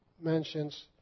mentions